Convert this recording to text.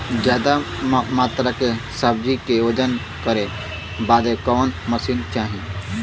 ज्यादा मात्रा के सब्जी के वजन करे बदे कवन मशीन चाही?